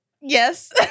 Yes